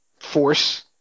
force